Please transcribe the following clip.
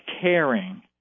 caring